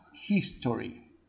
history